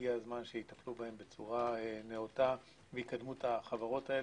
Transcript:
הגיע הזמן שיטפלו בהם בצורה נאותה ויקדמו את החברות האלה.